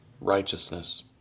righteousness